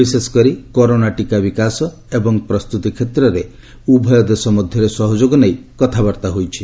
ବିଶେଷକରି କରୋନା ଟୀକା ବିକାଶ ଏବଂ ପ୍ରସ୍ତୁତି କ୍ଷେତ୍ରରେ ଉଭୟ ଦେଶ ମଧ୍ୟରେ ସହଯୋଗ ନେଇ କଥାବାର୍ତ୍ତା ହୋଇଛି